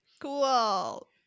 Cool